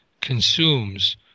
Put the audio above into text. consumes